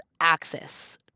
access